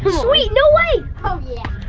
sweet! no way!